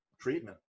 treatment